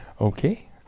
okay